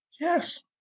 Yes